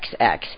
XX